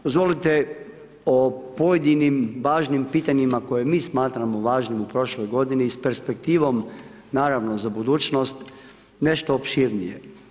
Dozvolite o pojedinim važnim pitanjima koje mi smatramo važnim u prošloj godini i s perspektivom za budućnost nešto opširnije.